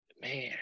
Man